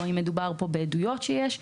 או בעדויות שיש,